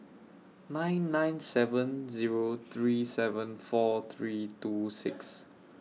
nine nine seven Zero three seven four three two six